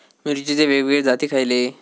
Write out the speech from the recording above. मिरचीचे वेगवेगळे जाती खयले?